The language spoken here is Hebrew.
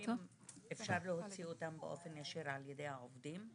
אפשר להוציא אותם באופן ישיר על ידי העובדים?